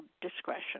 discretion